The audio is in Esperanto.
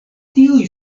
tiuj